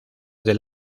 del